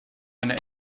einer